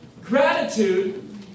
gratitude